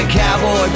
cowboy